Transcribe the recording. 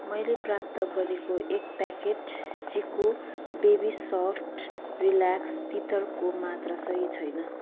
मैले प्राप्त गरेको एक packet Chicco baby soft relax टिथरको मात्रा सही छैन